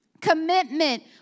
commitment